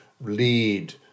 lead